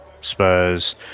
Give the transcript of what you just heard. Spurs